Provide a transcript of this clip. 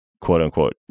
quote-unquote